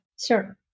Sure